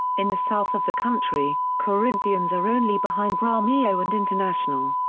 in the south of the country, corinthians are only behind gremio and international.